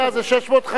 זה 650,